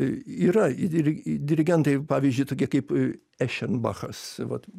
yra ir dirigentai pavyzdžiui tokie kaip ešendbachas vat